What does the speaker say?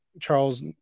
charles